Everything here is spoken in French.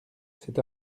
c’est